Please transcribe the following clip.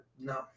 No